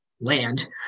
land